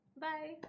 bye